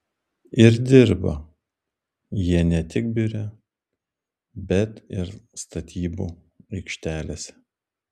ir dirba jie ne tik biure bet ir statybų aikštelėse